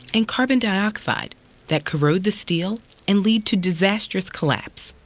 and carbon dioxide that corrode the steel and lead to disastrous collapse.